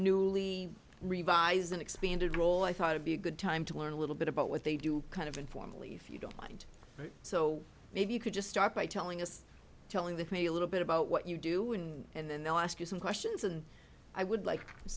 newly revised and expanded role i thought to be a good time to learn a little bit about what they do kind of informally if you don't mind so maybe you could just start by telling us telling them a little bit about what you do when and then they'll ask you some questions and i would like this